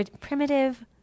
primitive